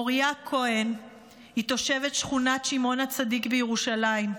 מוריה כהן היא תושבת שכונת שמעון הצדיק בירושלים.